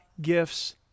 gifts